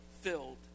filled